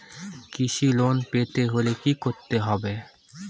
কৃষি লোন পেতে হলে কি করতে হবে?